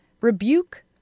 rebuke